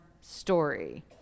story